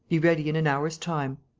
be ready in an hour's time.